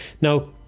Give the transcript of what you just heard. now